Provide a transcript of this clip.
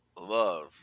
Love